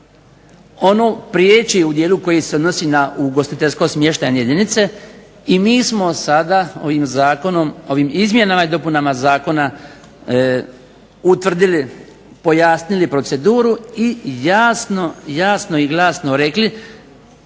ono prijeći u dijelu u kojem se odnosi na ugostiteljsko-smještajne jedinice i mi smo sada ovim izmjenama i dopunama Zakona utvrdili i pojasnili proceduru i jasno i glasno rekli